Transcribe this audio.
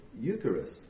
Eucharist